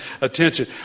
attention